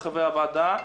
לחברי הוועדה,